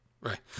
Right